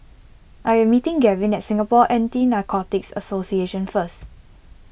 I am meeting Gavyn at Singapore Anti Narcotics Association first